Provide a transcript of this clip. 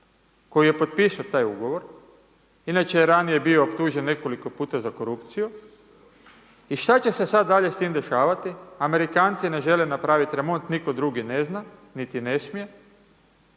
koji je potpisao taj ugovor, inače je ranije bio optužen nekoliko puta za korupciju, i šta će se sad dalje s tim dešavati? Amerikanci ne žele napraviti remont, nitko drugi ne zna, niti ne smije,